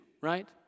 right